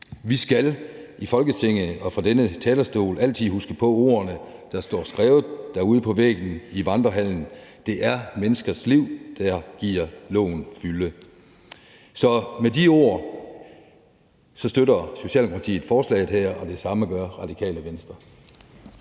Vi skal i Folketinget og fra denne talerstol altid huske på ordene, der står skrevet derude på væggen i Vandrehallen: Det er menneskers liv, der giver loven fylde. Så med de ord støtter Socialdemokratiet forslaget her, og det samme gør Radikale Venstre.